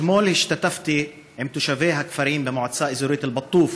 אתמול השתתפתי עם תושבי הכפרים במועצה האזורית אל-בטוף,